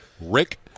Rick